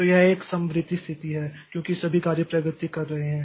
तो यह एक समवर्ती स्थिति है क्योंकि सभी कार्य प्रगति कर रहे हैं